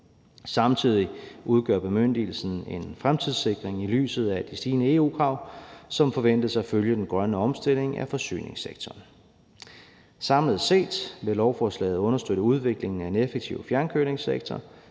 Samtidig udgør bemyndigelsen en fremtidssikring i lyset af de stigende EU-krav, som forventes at følge den grønne omstilling af forsyningssektoren. Samlet set vil lovforslaget understøtte udviklingen af en effektiv fjernkølingssektor,